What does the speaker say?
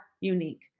unique